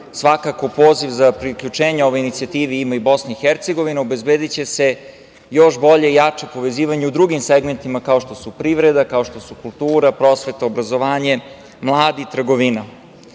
svako poziv za priključenje ovoj inicijativi ima i Bosna i Hercegovina, obezbediće se još bolje i jače povezivanje u drugim segmentima kao što su privreda, kultura, prosveta, obrazovanje, mladi, trgovina. Inače,